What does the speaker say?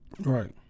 Right